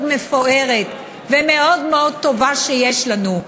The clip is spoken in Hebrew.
מפוארת ומאוד מאוד טובה שיש לנו.